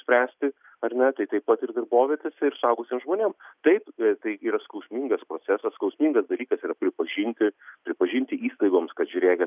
spręsti ar ne tai taip pat ir darbovietėse ir suaugusiem žmonėm taip tai yra skausmingas procesas skausmingas dalykas yra pripažinti pripažinti įstaigoms kad žiūrėkit